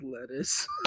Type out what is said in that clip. lettuce